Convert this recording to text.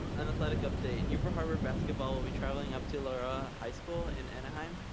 an athletic update, newport harbor basketball will be traveling up to loara high school in anaheim,